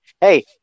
Hey